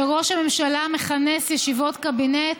כשראש הממשלה מכנס ישיבות קבינט,